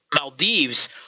Maldives